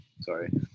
sorry